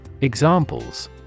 Examples